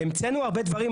המצאנו הרבה דברים,